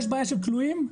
יש בעיה של כלואים,